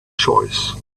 choice